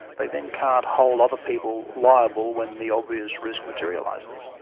they then can't hold other people liable when the obvious risk materialises.